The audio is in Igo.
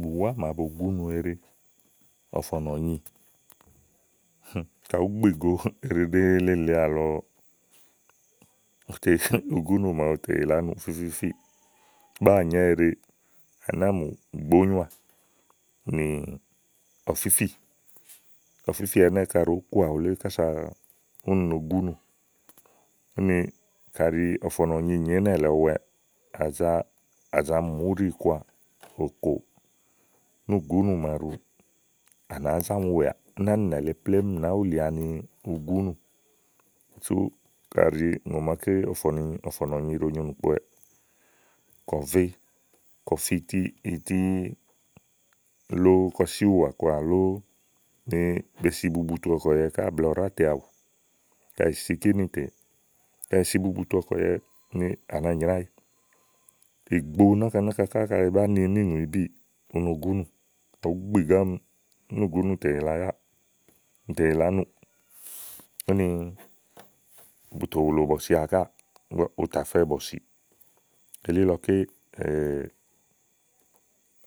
Bùwá màa bo súnu eɖe ɔ̀fɔ̀nɔ̀ nyiì. kayi ùlu gbi gòo eɖeɖe le lèe àlɔ, ùtè fí, ugúnù màaɖu tè yìlè ánu fífíífíì. báànyɛ́ eɖe, bàáa mù gbòonyuà, ni ɔ̀fífì ɔfífì ɛnɛ́ɛ, kàɖi òó koà kása úni no gúnù. úni káɖi ɔ̀fɔ̀nɔ̀nyiì nyòo ínɛ lèe ɔwɛ, à za mu úɖìkɔ à òkò núùgúnù màaɖu, à nááá zá mi wɛàà. úni ánìnɛ̀ lèè plémú nàá wulì ani ugúnù. úni sú ùŋò máké ɔ̀fɔ̀nɔ̀ nyìi ɖòo nyo ì nùkpowɛ, kɔ vé kɔfí ití lóó kɔsí ùwà kɔà lóó, be si bubutu ɔ̀kùɛ̀yɛ blɛɛ ɔ̀ɖátèe àwù. kayi è si kínìtè, kaɖi è si bubutu ɔkùɛ̀yɛ ni à nàá nyràéyi. ìgbo náka náka ká kayi bá ni níìŋùi bíì, u no gúnù. kaɖi ùú gbi gòo ámi, núùgúnù tè yìlè ayáà, ù tè yìlè ánúù, úni bù tò wùlò bɔ̀sìà ká, u tà fɛ bɔ̀sìì, elílɔké